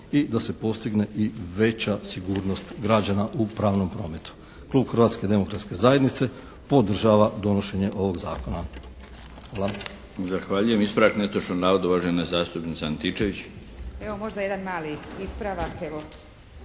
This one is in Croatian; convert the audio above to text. i da se postigne i veća sigurnost građana u pravnom prometu. Klub Hrvatske demokratske zajednice podržava donošenje ovog zakona. Hvala. **Milinović, Darko (HDZ)** Zahvaljujem. Ispravak netočnog navoda uvažena zastupnica Antičević. **Antičević Marinović,